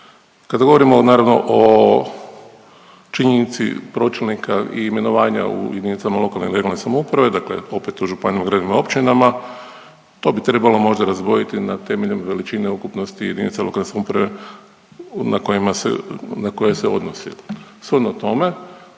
Kada govorimo naravno o činjenici pročelnika i imenovanja u jedinicama lokalne ili regionalne samouprave, dakle opet u županijama, gradovima, općinama to bi trebalo možda razdvojiti na temelju veličine ukupnosti jedinice lokalne samouprave na koje se odnosi. Shodno tome,